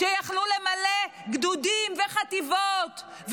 שיכלו למלא גדודים וחטיבות,